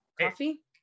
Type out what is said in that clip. Coffee